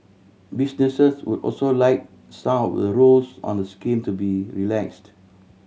businesses would also like some of the rules on the scheme to be relaxed